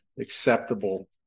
acceptable